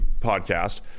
podcast